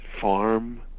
farm